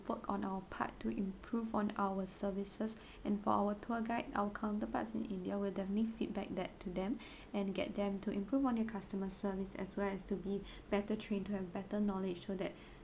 work on our part to improve on our services and for our tour guide our counterparts in india will definitely feedback that to them and get them to improve on their customer services as well as to be better trained to have better knowledge so that